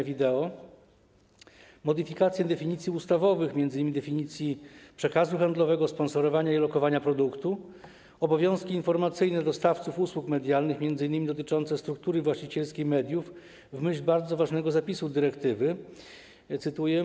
Dalej: przedmiot nowelizacji obejmuje modyfikację definicji ustawowych, m.in. definicji przekazu handlowego, sponsorowania i lokowania produktu, a także obowiązki informacyjne dostawców usług medialnych, m.in. dotyczące struktury właścicielskiej mediów, w myśl bardzo ważnego zapisu dyrektywy, cytuję: